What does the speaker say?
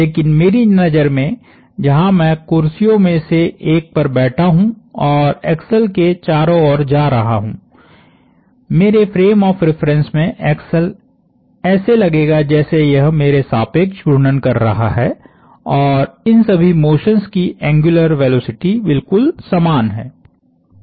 लेकिन मेरी नजर में जहां मैं कुर्सियों में से एक पर बैठा हूं और एक्सल के चारों ओर जा रहा हूं मेरे फ्रेम ऑफ़ रिफरेन्स में एक्सल ऐसे लगेगा जैसे यह मेरे सापेक्ष घूर्णन कर रहा है और इन सभी मोशन्स की एंग्युलर वेलोसिटी बिल्कुल समान है